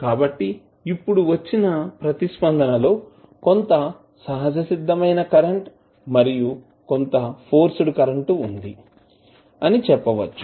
కాబట్టిఇప్పుడు వచ్చిన ప్రతిస్పందన లో కొంత సహజసిద్ధమైన కరెంట్ మరియు కొంత ఫోర్స్డ్ కరెంట్ ఉంటుంది అని చెప్పవచ్చు